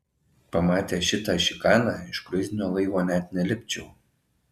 pamatęs šitą šikaną iš kruizinio laivo net nelipčiau